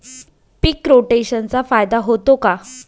पीक रोटेशनचा फायदा होतो का?